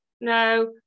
No